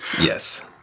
Yes